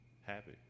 happy